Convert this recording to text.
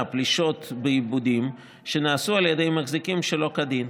פלישות בעיבודים שנעשו על ידי מחזיקים שלא כדין.